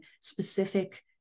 specific